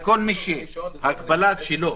שכל מי שההגבלה שלו